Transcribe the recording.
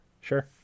sure